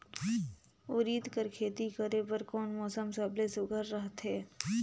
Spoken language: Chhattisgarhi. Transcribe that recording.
उरीद कर खेती करे बर कोन मौसम सबले सुघ्घर रहथे?